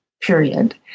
period